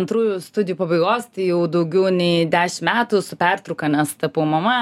antrųjų studijų pabaigos tai jau daugiau nei dešim metų su pertrauka nes tapau mama